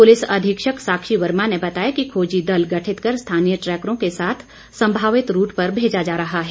police अधीक्षक साक्षी वर्मा ने बताया कि खोजी दल गठित कर स्थानीय ट्रैकरों के साथ संभावित रूट पर भेजा जा रहा है